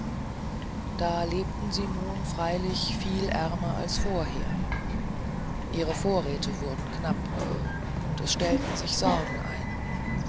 da lebten sie nun freilich viel ärmlicher als vorher ihre vorräte wurden knapp und es stellten sich sorgen ein